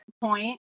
point